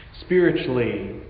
Spiritually